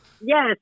Yes